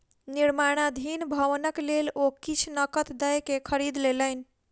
निर्माणाधीन भवनक लेल ओ किछ नकद दयके खरीद लेलैन